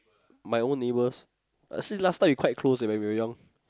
my own neighbours uh since last time we quite close eh when we were young